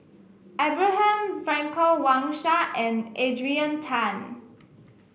Abraham Frankel Wang Sha and Adrian Tan